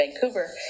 Vancouver